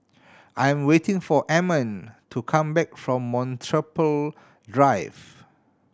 I'm waiting for Ammon to come back from Metropole Drive